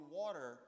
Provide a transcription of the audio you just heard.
water